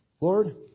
Lord